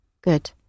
Good